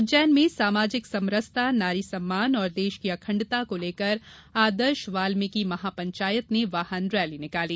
उज्जैन में सामाजिक समरसता नारी सम्मान और देश की अखण्डता को लेकर आदर्श वाल्मीकि महापंचायत ने वाहन रैली निकाली